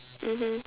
mmhmm